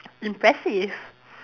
impressive